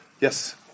Yes